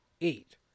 Eight